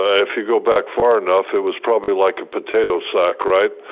ah if you go back far enough, it was probably like a potato sack right,